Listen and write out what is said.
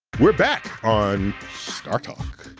we're back on startalk,